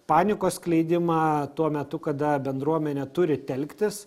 panikos skleidimą tuo metu kada bendruomenė turi telktis